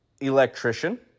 electrician